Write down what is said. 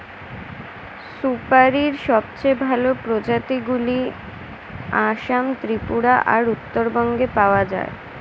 সুপারীর সবচেয়ে ভালো প্রজাতিগুলো আসাম, ত্রিপুরা আর উত্তরবঙ্গে পাওয়া যায়